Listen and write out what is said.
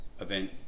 event